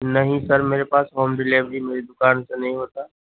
نہیں سر میرے پاس ہوم ڈلیوری میری دُکان سے نہیں ہوتا